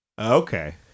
Okay